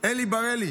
אלי בראל,